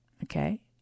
Okay